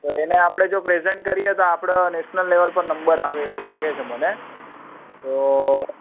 તો એને આપણે જો પ્રેઝન્ટ કરીએ તો આપણો નેશનલ લેવલ પર નંબર આવે એવું લાગે છે મને તો